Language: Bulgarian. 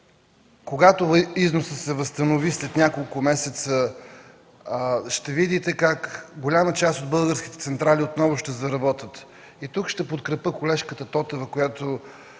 Когато износът се възстанови, след няколко месеца ще видите как голяма част от българските централи отново ще заработят. Тук ще подкрепя колежката Тотева, която